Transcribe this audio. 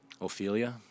Ophelia